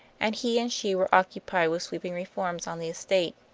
and he and she were occupied with sweeping reforms on the estate.